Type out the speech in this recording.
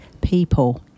people